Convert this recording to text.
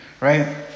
right